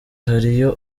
hariyo